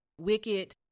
Wicked